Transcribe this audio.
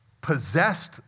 possessed